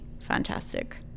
fantastic